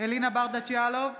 אלינה ברדץ' יאלוב,